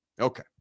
Okay